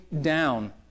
down